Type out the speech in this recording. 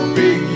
big